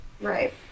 Right